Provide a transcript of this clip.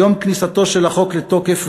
מיום כניסתו של החוק לתוקף,